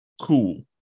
Cool